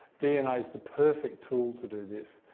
dna is the perfect tool to do this.